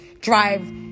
drive